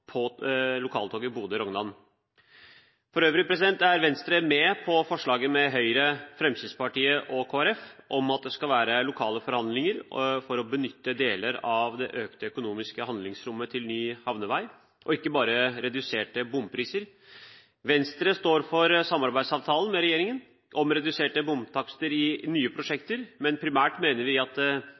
øvrig er Venstre, sammen med Høyre, Fremskrittspartiet og Kristelig Folkeparti, med på forslaget om at det skal være lokale forhandlinger for å benytte deler av det økte økonomiske handlingsrommet til ny havnevei, og ikke bare til reduserte bompriser. Venstre står fast ved samarbeidsavtalen med regjeringen om reduserte bomtakster i nye prosjekter, men primært mener vi at